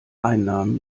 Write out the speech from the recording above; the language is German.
einnahmen